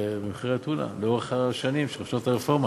במחיר הטונה לאורך השנים של הרפורמה.